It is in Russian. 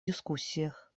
дискуссиях